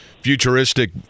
futuristic